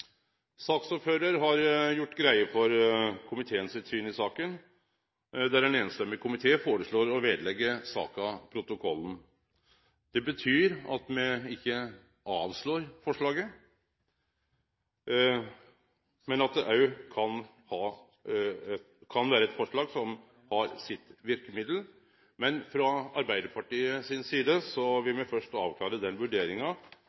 har gjort greie for komiteen sitt syn i saka, der ein samrøystes komité foreslår at forslaget blir lagt ved protokollen. Det betyr at me ikkje avslår forslaget, men at det kan vere eit forslag som har sitt verkemiddel. Men frå Arbeidarpartiet si side vil me først avklare den vurderinga